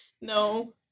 No